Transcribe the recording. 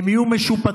הם יהיו משופצים,